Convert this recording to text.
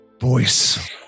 voice